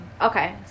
Okay